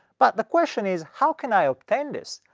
but the question is, how can i obtain this?